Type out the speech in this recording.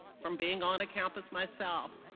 from being on a campus myself,